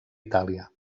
itàlia